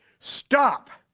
stop!